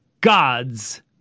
God's